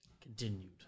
Continued